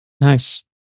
Nice